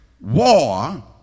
war